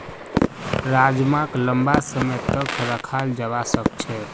राजमाक लंबा समय तक रखाल जवा सकअ छे